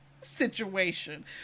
situation